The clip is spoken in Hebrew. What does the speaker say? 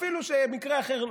אפילו שבמקרה אחר,